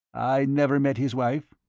i never met his wife,